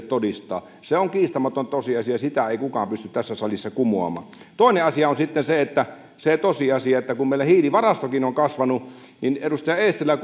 todistaa se on kiistämätön tosiasia sitä ei kukaan pysty tässä salissa kumoamaan toinen asia on sitten se tosiasia että meillä hiilivarastokin on kasvanut edustaja eestilä